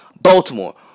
Baltimore